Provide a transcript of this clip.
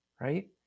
Right